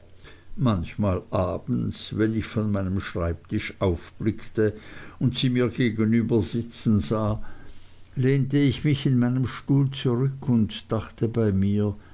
manchmal abends wenn ich von meinem schreibtisch aufblickte und sie mir gegenübersitzen sah lehnte ich mich in meinem stuhl zurück und dachte bei mir